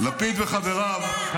לפיד וחבריו, מה עשית 15 שנה?